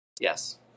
yes